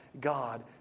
God